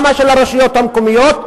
גם של הרשויות המקומיות,